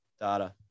data